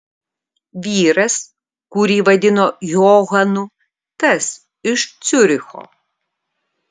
vyras kurį vadino johanu tas iš ciuricho